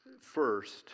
first